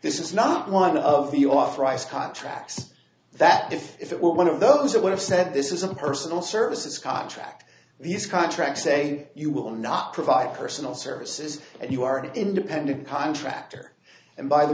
this is not one of the off rice contracts that if it were one of those that would have said this is a personal services contract these contracts say you will not provide personal services and you are an independent contractor and by the